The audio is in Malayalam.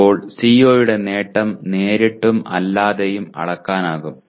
ഇപ്പോൾ CO യുടെ നേട്ടം നേരിട്ടും അല്ലാതെയും അളക്കാനാകും